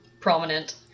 prominent